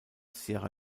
sierra